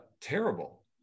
terrible